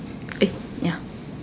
eh ya